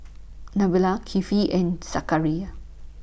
Nabila Kifli and Zakaria